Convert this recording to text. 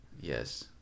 Yes